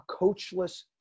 coachless